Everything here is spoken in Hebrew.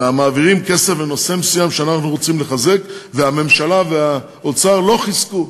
מעבירים כסף לנושא מסוים שאנחנו רוצים לחזק והממשלה והאוצר לא חיזקו,